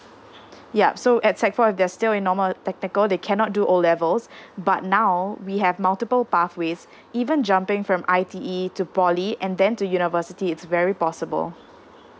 yup so at sec four if they are still in normal technical they cannot do O levels but now we have multiple pathways even jumping from I_T_E to poly and then to university it's very possible